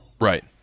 Right